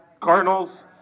Cardinals